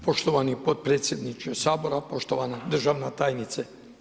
Poštovani potpredsjedniče Sabora, poštovana državna tajnice.